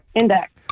Index